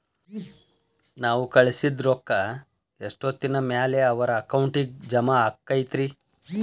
ನಾವು ಕಳಿಸಿದ್ ರೊಕ್ಕ ಎಷ್ಟೋತ್ತಿನ ಮ್ಯಾಲೆ ಅವರ ಅಕೌಂಟಗ್ ಜಮಾ ಆಕ್ಕೈತ್ರಿ?